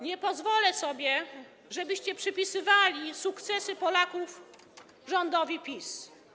Nie pozwolę, żebyście przypisywali sukcesy Polaków rządowi PiS.